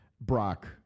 Brock